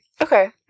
Okay